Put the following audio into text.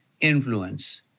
influence